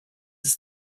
ist